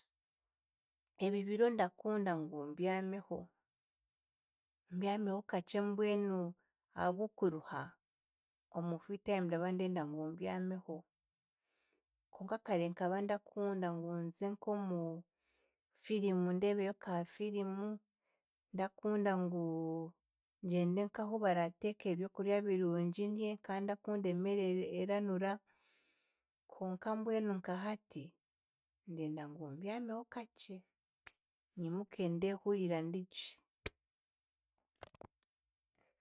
Ebi biro ndakunda ngu mbyameho, mbyameho kakye mbwenu ahabw'okuruha omu free time ndaba ndenda ngu mbyameho. Konka kare nkaba ndakunda ngu nze nk'omu firimu ndebeyo ka firimu, ndakunda ngu ngyende nk'ahu barateeka ebyokura birungi ndye nkandakunda emere e- e- eranura konka mbwenu nka hati, ndenda ngu mbyameho kakye. Nyimuke ndehurira ndigye.